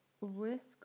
risk